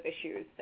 issues